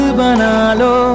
banalo